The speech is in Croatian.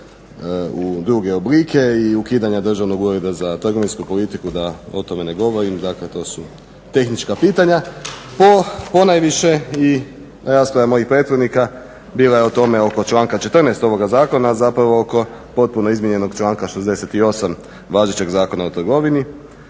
u druge oblike i ukidanja državnog ureda za trgovinsku politiku da o tome ne govorim, dakle to su tehnička pitanja, ponajviše i rasprava mojih prethodnika bila je o tome oko članka 14 ovoga Zakona, zapravo oko potpuno izmijenjenog članka 68. važećeg Zakona o trgovini